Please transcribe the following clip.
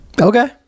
Okay